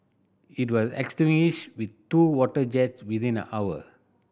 it was extinguished with two water jets within an hour